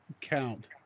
count